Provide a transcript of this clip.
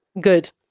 Good